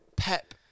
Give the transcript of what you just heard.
Pep